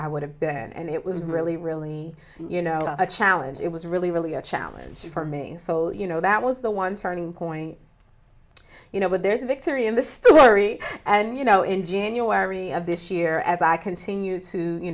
i would have been and it was really really you know a challenge it was really really a challenge for me so you know that was the one turning point you know what there's a victory in this story and you know in january of this year as i continue to you